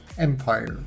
empire